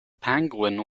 penguin